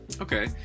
Okay